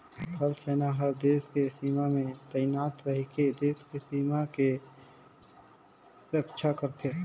थल सेना हर देस के सीमा में तइनात रहिके देस के सीमा के रक्छा करथे